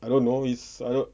I don't know he's